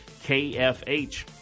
KFH